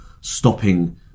stopping